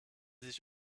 sich